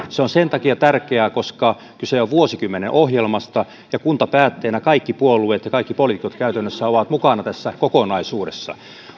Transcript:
se on sen takia tärkeää koska kyse on vuosikymmenen ohjelmasta ja kuntapäättäjinä kaikki puolueet ja kaikki poliitikot käytännössä ovat mukana tässä kokonaisuudessa